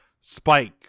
Spike